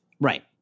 Right